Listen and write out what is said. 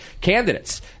candidates